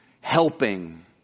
helping